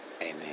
Amen